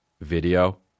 video